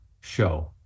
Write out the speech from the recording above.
show